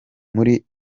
muri